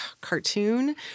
cartoon